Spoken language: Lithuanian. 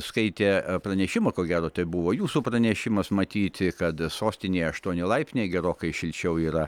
skaitė pranešimą ko gero tai buvo jūsų pranešimas matyti kad sostinėje aštuoni laipsniai gerokai šilčiau yra